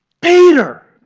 Peter